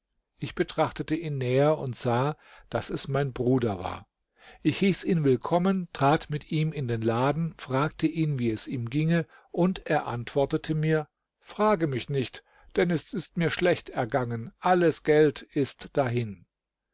ich betrachtete ihn näher und sah daß es mein bruder war ich hieß ihn willkommen trat mit ihm in den laden fragte ihn wie es ihm ginge und er antwortete mir frage mich nicht denn es ist mir schlecht ergangen alles geld ist dahin